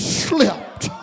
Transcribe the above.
slipped